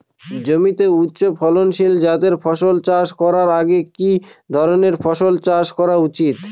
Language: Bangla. জমিতে উচ্চফলনশীল জাতের ফসল চাষ করার আগে কি ধরণের ফসল চাষ করা উচিৎ?